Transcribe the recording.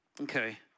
okay